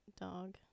dog